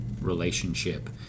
relationship